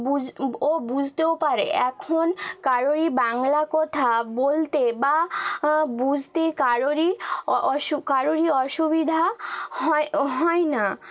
বুঝ ও বুঝতেও পারে এখন কারোরই বাংলা কথা বলতে বা বুঝতে কারোরই কারোরই অসুবিধা হয় হয় না